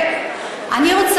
הם פשוט לא מפסיקים לדבר, זה יפה.